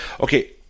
okay